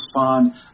respond